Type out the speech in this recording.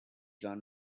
john